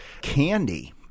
candy